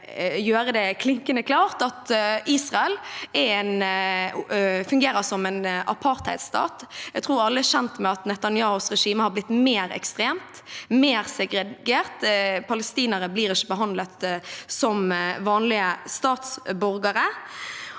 å gjøre det klinkende klart at Israel fungerer som en apartheidstat. Jeg tror alle er kjent med at Netanyahus regime har blitt mer ekstremt og mer segregert. Palestinere blir ikke behandlet som vanlige statsborgere.